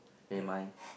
correct